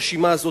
ברשימה הזאת,